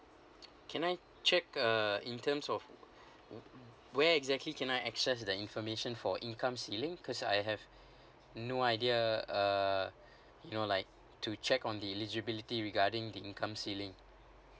can I check uh in terms of where exactly can I access the information for income ceiling cause I have no idea uh you know like to check on the eligibility regarding income ceiling